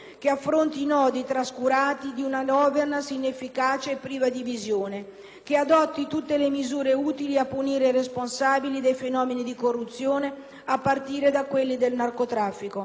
che adotti tutte le misure utili a punire i responsabili dei fenomeni di corruzione, a partire da quelli del narcotraffico. Al tempo stesso, è urgente favorire l'emersione di una società civile e politica